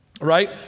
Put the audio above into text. right